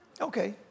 Okay